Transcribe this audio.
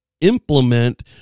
implement